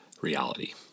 reality